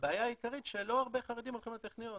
הבעיה העיקרית שלא הרבה חרדים הולכים לטכניון.